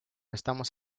estamos